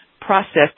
process